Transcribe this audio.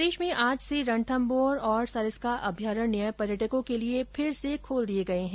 प्रदेश में आज से रणथम्मौर और सरिस्का अभ्यारण्य पर्यटकों के लिये फिर से खोल दिए गए है